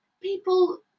people